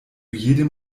jedem